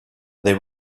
they